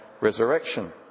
resurrection